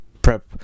prep